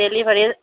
ডেলিভাৰীৰ